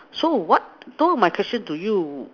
so what so my question to you